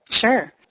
Sure